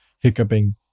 hiccuping